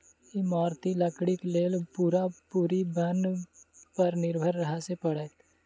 इमारती लकड़ीक लेल पूरा पूरी बन पर निर्भर रहय पड़ैत छै